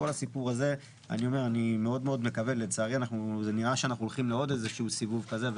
לצערי נראה שאנחנו הולכים לעוד סיבוב כזה,